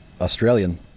Australian